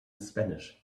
spanish